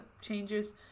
changes